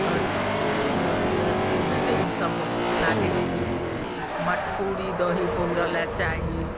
घर घर गृहस्थीमे तऽ ई सब बहुत लागैत छै मटकुरी दही पौरए लए चाही